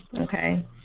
okay